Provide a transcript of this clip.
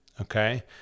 okay